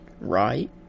Right